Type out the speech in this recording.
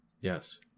Yes